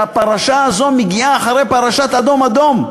שהפרשה הזאת מגיעה אחרי פרשת "אדום אדום",